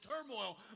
turmoil